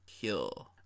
kill